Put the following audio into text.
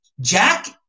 Jack